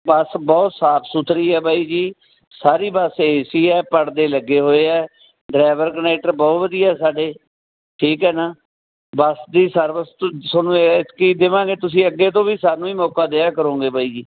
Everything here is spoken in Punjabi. ਬਸ ਬਹੁਤ ਸਾਫ਼ ਸੁਥਰੀ ਹੈ ਬਾਈ ਜੀ ਸਾਰੀ ਬਸ ਏ ਸੀ ਹੈ ਪਰਦੇ ਲੱਗੇ ਹੋਏ ਆ ਡਰਾਈਵਰ ਕਨੈਕਟਰ ਬਹੁਤ ਵਧੀਆ ਸਾਡੇ ਠੀਕ ਹੈ ਨਾ ਬਸ ਦੀ ਸਰਵਿਸ ਤੁ ਤੁਹਾਨੂੰ ਐਤਕੀ ਦੇਵਾਂਗੇ ਤੁਸੀਂ ਅੱਗੇ ਤੋਂ ਵੀ ਸਾਨੂੰ ਵੀ ਮੌਕਾ ਦਿਆ ਕਰੋਗੇ ਬਾਈ ਜੀ